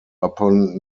upon